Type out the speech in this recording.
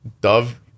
dove